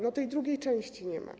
No, tej drugiej części nie ma.